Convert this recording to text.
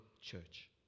church